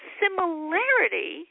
similarity